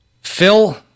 Phil